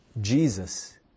Jesus